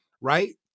right